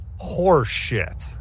Horseshit